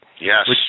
Yes